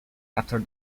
after